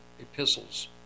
epistles